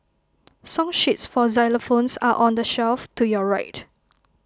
song sheets for xylophones are on the shelf to your right